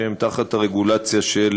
שהם תחת הרגולציה של